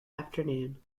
afternoon